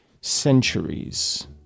centuries